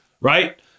right